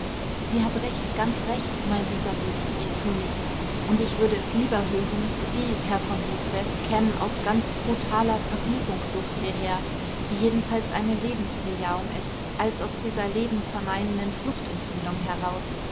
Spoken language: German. sie hat recht ganz recht meinte sabine ihr zunickend und ich würde es lieber hören sie herr von hochseß kämen aus ganz brutaler vergnügungssucht hierher die jedenfalls eine lebensbejahung ist als aus dieser lebenverneinenden fluchtempfindung heraus